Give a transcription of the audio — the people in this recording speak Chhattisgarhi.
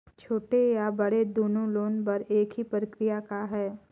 छोटे या बड़े दुनो लोन बर एक ही प्रक्रिया है का?